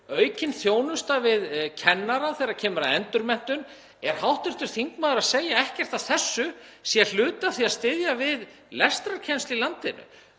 aukin þjónusta við kennara þegar kemur að endurmenntun — er hv. þingmaður að segja að ekkert af þessu sé hluti af því að styðja við lestrarkennslu í landinu?